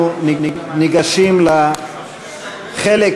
אנחנו ניגשים לחלק